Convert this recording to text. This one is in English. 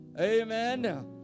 Amen